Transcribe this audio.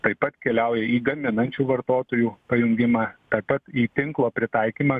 taip pat keliauja į gaminančių vartotojų pajungimą taip pat į tinklo pritaikymą